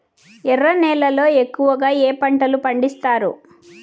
ఎర్ర నేలల్లో ఎక్కువగా ఏ పంటలు పండిస్తారు